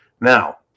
Now